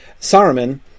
Saruman